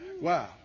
Wow